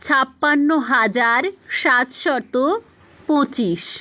ছাপ্পান্ন হাজার সাতশত পঁচিশ